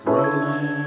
Rolling